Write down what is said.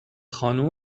خانوم